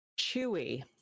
Chewy